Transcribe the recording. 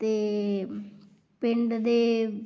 ਅਤੇ ਪਿੰਡ ਦੇ